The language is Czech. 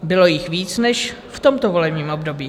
Bylo jich víc než v tomto volebním období.